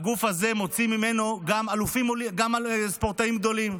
הגוף הזה גם מוציא ממנו גם ספורטאים גדולים.